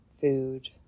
food